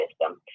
system